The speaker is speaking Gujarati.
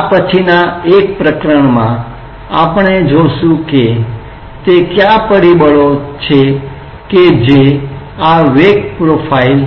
આ પછીના એક પ્રકરણમાં આપણે જોઈશું કે તે કયા પરિબળો છે કે જે આ વેગ પ્રોફાઇલ